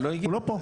הוא לא פה.